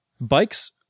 bikes